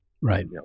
right